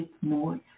more